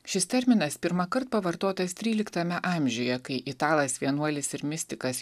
šis terminas pirmąkart pavartotas tryliktame amžiuje kai italas vienuolis ir mistikas